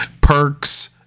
perks